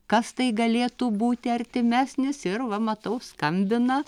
kas tai galėtų būti artimesnis ir va matau skambina